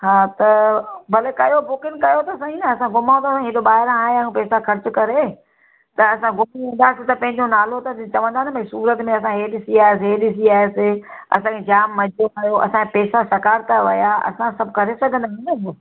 हा त भले कयो बुकिंग कयो त सही न असां घुमूं त हेॾो ॿाहिरां आया आहियूं पैसा ख़र्चु करे त असां घुमी वेंदासीं त पंहिंजो नालो त चवंदा न भई सूरत में हे ॾिसी आयासीं हे ॾिसी आयासीं असांखे जाम मज़ो आयो असांजा पैसा सकारता विया असां सभु करे सघंदा आहियूं न उहो